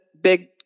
big